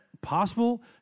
possible